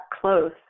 close